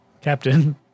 captain